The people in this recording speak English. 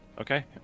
Okay